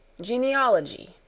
GENEALOGY